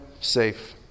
Safe